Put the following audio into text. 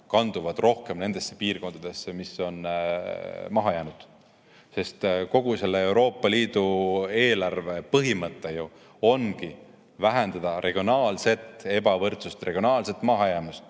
kanduvad rohkem nendesse piirkondadesse, mis on maha jäänud. Sest kogu Euroopa Liidu eelarve põhimõte ju on vähendada regionaalset ebavõrdsust, regionaalset mahajäämust